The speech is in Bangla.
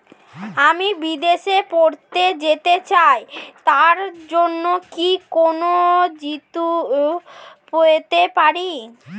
আমি বিদেশে পড়তে যেতে চাই তার জন্য কি কোন ঋণ পেতে পারি?